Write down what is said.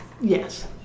Yes